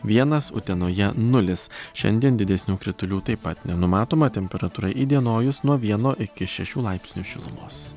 vienas utenoje nulis šiandien didesnių kritulių taip pat nenumatoma temperatūra įdienojus nuo vieno iki šešių laipsnių šilumos